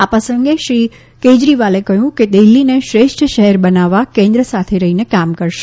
આ પ્રસંગે શ્રી કેજરીવાલે કહયું કે દિલ્હીને શ્રેષ્ઠ શહેર બનાવવા કેન્દ્ર સાથે રહીને કામ કરશે